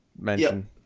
mention